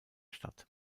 stadt